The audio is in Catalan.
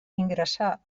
ingressà